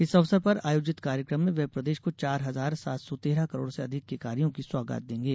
इस अवसर पर आयोजित कार्यकम में वे प्रदेश को चार हजार सात सौ तेरह करोड़ से अधिक के कार्यों की सौगात देंगे